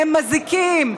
הם מזיקים,